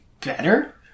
better